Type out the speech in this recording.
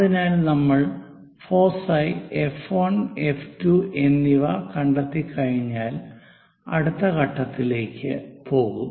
അതിനാൽ നമ്മൾ ഫോസൈ F1 F2 എന്നിവ കണ്ടെത്തിക്കഴിഞ്ഞാൽ അടുത്ത ഘട്ടത്തിലേക്ക് പോകും